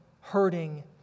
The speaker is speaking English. hurting